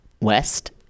West